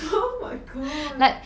oh my god